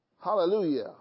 Hallelujah